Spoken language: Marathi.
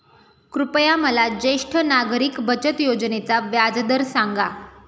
कृपया मला ज्येष्ठ नागरिक बचत योजनेचा व्याजदर सांगा